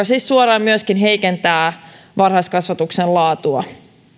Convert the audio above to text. siis suoraan myöskin heikentää varhaiskasvatuksen laatua